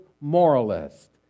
moralist